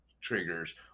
triggers